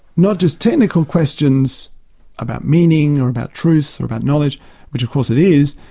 not just technical questions about meaning or about truth or about knowledge which of course it is,